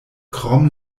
krom